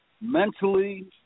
mentally